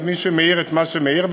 אז מישהו מעיר את מה שמעיר,